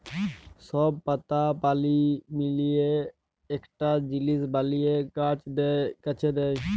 সব পাতা পালি মিলিয়ে একটা জিলিস বলিয়ে গাছে দেয়